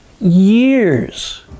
years